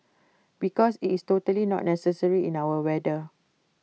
because IT is totally not necessary in our weather